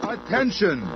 Attention